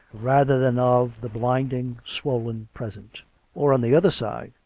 rather than of the blinding, swollen present or, on the other side,